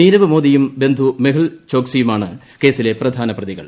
നീരവ് മോദിയും ബന്ധു മെഹുൽ ചോക്സിയുമാണ് കേസിലെ പ്രധാന പ്രതികൾ